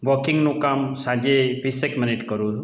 વોકિંગનું કામ સાંજે વીસેક મિનિટ કરું